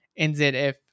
NZF